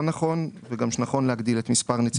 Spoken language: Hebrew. נכון וכי נכון להגדיל את מספר נציגי הציבור.